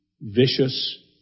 vicious